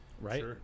Right